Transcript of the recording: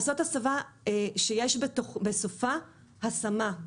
צריך לעשות הסבה שיש בסופה השמה,